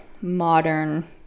modern